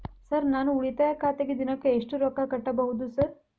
Sir ನಾನು ಉಳಿತಾಯ ಖಾತೆಗೆ ದಿನಕ್ಕ ಎಷ್ಟು ರೊಕ್ಕಾ ಕಟ್ಟುಬಹುದು ಸರ್?